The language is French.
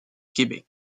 québec